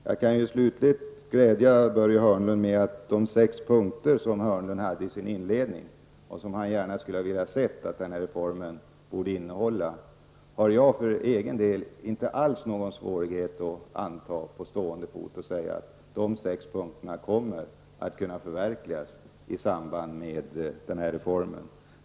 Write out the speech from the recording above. Jag kan dock glädja honom med att de sex punkter han hade i sin inledning och som han gärna hade sett att denna reform hade innehållit, har jag för egen del ingen svårighet att anta på stående fot och säga att de sex punkterna kommer att kunna förverkligas i samband med denna reform.